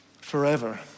forever